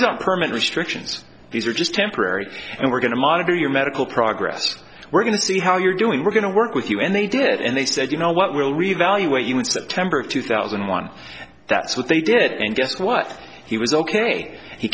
not permit restrictions these are just temporary and we're going to monitor your medical progress we're going to see how you're doing we're going to work with you and they did and they said you know what will we evaluate you in september of two thousand and one that's what they did and guess what he was ok he